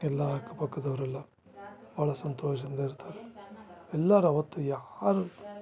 ಎಲ್ಲ ಅಕ್ಕ ಪಕ್ಕದವರೆಲ್ಲ ಭಾಳ ಸಂತೋಷದಿಂದ ಇರ್ತಾರೆ ಎಲ್ಲರು ಅವತ್ತು ಯಾರು